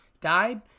died